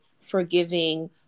forgiving